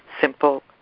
simple